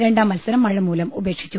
രണ്ടാം മത്സരം മഴമൂലം ഉപേക്ഷിച്ചു